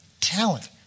talent